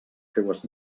seues